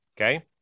okay